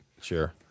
Sure